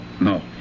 No